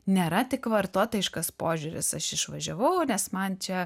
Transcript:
nėra tik vartotojiškas požiūris aš išvažiavau nes man čia